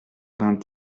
vingt